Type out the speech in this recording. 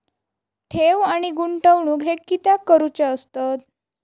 ठेव आणि गुंतवणूक हे कित्याक करुचे असतत?